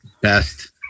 Best